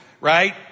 Right